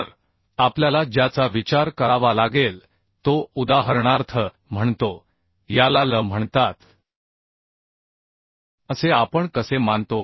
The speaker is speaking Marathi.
तर आपल्याला ज्याचा विचार करावा लागेल तो उदाहरणार्थ म्हणतो याला l म्हणतात असे आपण कसे मानतो